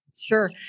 sure